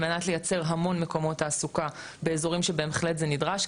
מנת לייצר המון מקומות תעסוקה באזורים שבהחלט זה נדרש,